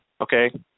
Okay